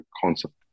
concept